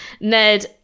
Ned